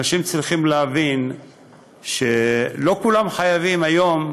אנשים צריכים להבין שלא כולם חייבים היום.